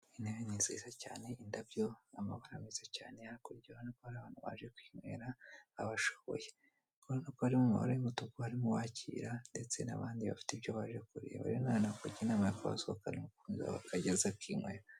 Intebe ni nziza cyane, indabyo n'amabara meza cyane . Hakurya urabona ko hari abantu baje kwinywera, abashoboye. Uri kubona ko harimo mabara y'umutuku harimo uwakira ndetse n'abandi bafite ibyo baje kureba. Rero nawe nakugira inama yo kuhasohokana umukunzi wawe; akajya aza akinywera.